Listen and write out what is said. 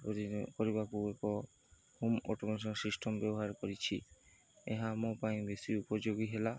home automation system ବ୍ୟବହାର କରିଛି ଏହା ଆମ ପାଇଁ ବେଶୀ ଉପଯୋଗୀ ହେଲା